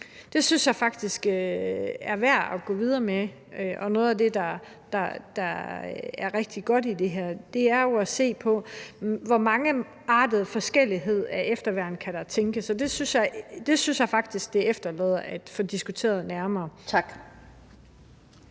Det synes jeg faktisk er værd at gå videre med. Og noget af det, der er rigtig godt i det her, er jo at se på, hvor mange forskelligartede af efterværn der kan tænkes. Jeg synes faktisk, det handler om at få diskuteret det nærmere. Kl.